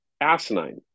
asinine